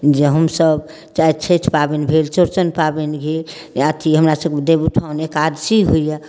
जे हमसब चाहे छठि पाबनि भेल चौड़चन पाबनि भेल या अथी हमरा सबके देवउठाउन एकादशी होइया